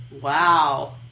Wow